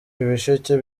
ibisheke